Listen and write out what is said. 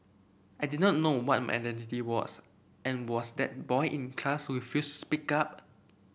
I did not know what my identity was and was that boy in class who refused to speak up